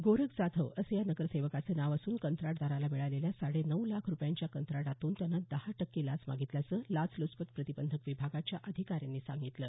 गोरख जाधव असं या नगरसेवकाचं नाव असून कंत्राटदाराला मिळालेल्या साडे नऊ लाख रुपयांच्या कंत्राटातून त्यानं दहा टक्के लाच मागितल्याचं लाच लुचपत प्रतिबंधक विभागाच्या अधिकाऱ्यानं सांगितलं